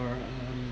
or um